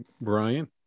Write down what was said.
Brian